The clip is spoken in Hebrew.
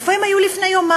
איפה הם היו לפני יומיים?